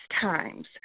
times